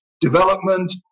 development